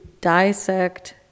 dissect